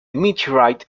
meteorite